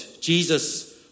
Jesus